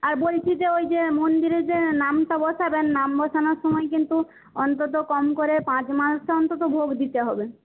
আর বলছি যে ওই যে মন্দিরে যে নামটা বসাবেন নাম বসানোর সময় কিন্তু অন্তত কম করে পাঁচ মালসা অন্তত ভোগ দিতে হবে